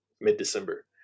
mid-December